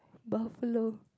buffalo